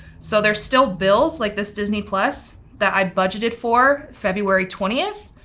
so there's still bills, like this disney plus that i budgeted for february twentieth,